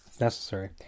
necessary